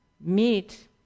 meet